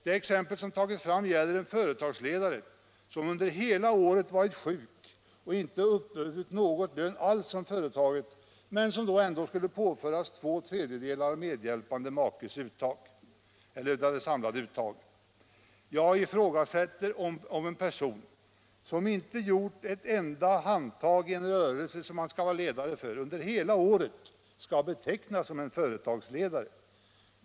Det exempel som tagits fram gäller en företagsledare som under hela året varit sjuk och inte uppburit någon lön alls från företaget men som ändå skall påföras två tredjedelar av det samlade uttaget. Jag ifrågasätter om en person, som inte gjort ett enda handtag i en rörelse som han skall stå som ledare för under hela året, skall betecknas som företagsledare.